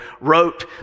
wrote